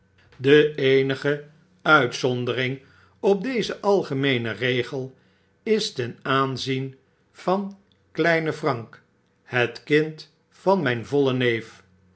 aemen bloedyerwant r w t i regel is ten aanzien van kleine frank het kind van myn vollen neef